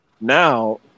Now